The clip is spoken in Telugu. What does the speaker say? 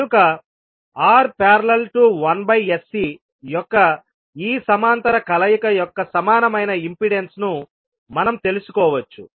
కనుక R||1sC యొక్క ఈ సమాంతర కలయిక యొక్క సమానమైన ఇంపెడెన్స్ను మనం తెలుసుకోవచ్చు